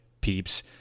peeps